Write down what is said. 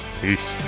Peace